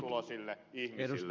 arvoisa puhemies